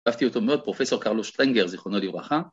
‫אהבתי אותו מאוד, ‫פרופ' קרלו שטרנגר, זיכרונו לברכה.